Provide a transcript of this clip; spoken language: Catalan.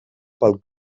pel